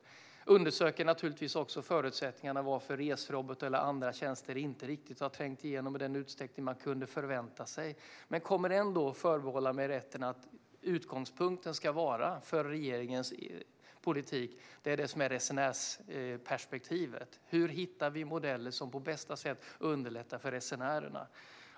Jag undersöker naturligtvis också varför Resrobot eller andra tjänster inte riktigt har trängt igenom i den utsträckning man kunde förvänta sig. Men jag kommer ändå att förbehålla mig rätten att säga att utgångspunkten för regeringens politik ska vara resenärsperspektivet. Hur hittar vi modeller som på bästa sätt underlättar för resenärerna?